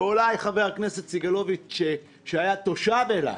ואולי חבר הכנסת סיגלוביץ' שהיה תושב אילת